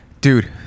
dude